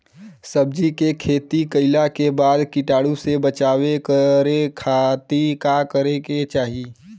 सब्जी के खेती कइला के बाद कीटाणु से बचाव करे बदे का करे के चाही?